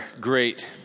great